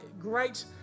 great